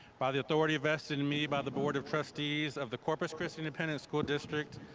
by the authority vested in me by the board of trustees of the corpus christi independent school district,